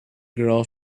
girl